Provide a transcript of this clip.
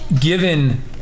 given